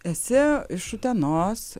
esi iš utenos